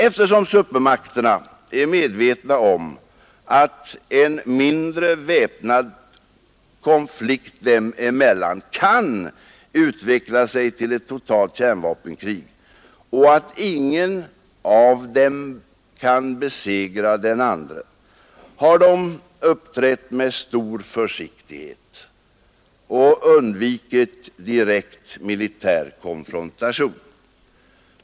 Eftersom supermakterna är medvetna om att en mindre väpnad konflikt dem emellan kan utveckla sig till ett totalt kärnvapenkrig och att ingen av dem kan besegra den andre, har de uppträtt med stor försiktighet och undvikit direkt militär konfrontation.